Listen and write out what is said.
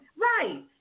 right